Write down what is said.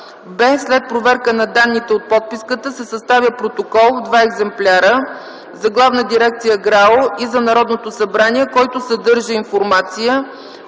б) след проверка на данните от подписката се съставя протокол в два екземпляра – за Главна дирекция ГРАО и за Народното събрание, който съдържа информация